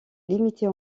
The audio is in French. limitée